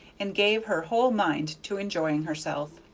and gave her whole mind to enjoying herself.